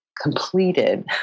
completed